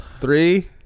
Three